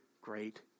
great